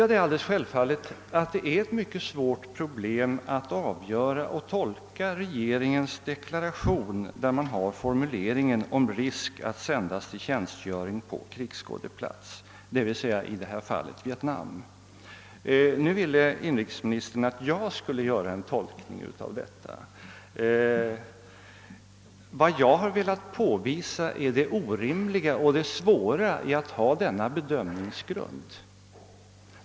Det är alldeles självklart att det är mycket svårt att tolka regeringens deklaration och formuleringen däri om »risk att sändas. till tjänstgöring på krigsskådeplats», d.v.s. i detta fall till Vietnam. Nu ville inrikesministern att jag skulle tolka detta. Vad jag velat påvisa är det orimliga i och de svårigheter som följer av att man har denna bedömningsgrund.